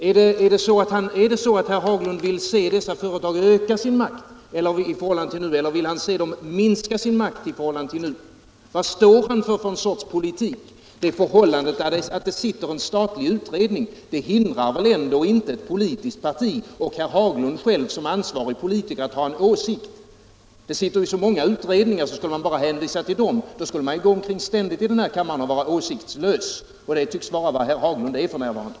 Vill herr Haglund se dessa företag öka sin makt i förhållande till nu eller vill han se dem minska sin makt? Vilken politik står han för? Det förhållandet att det sitter en statlig utredning hindrar väl ändå inte ett politiskt parti och herr Haglund själv som ansvarig politiker att ha en åsikt. Det sitter ju så många utredningar så att man, om man bara hänvisar till dem, ständigt går omkring i denna kammare och är åsiktslös. Det tycks vara vad herr Haglund är f.n.